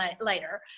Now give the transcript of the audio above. later